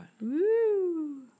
Woo